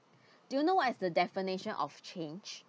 do you know what is the definition of change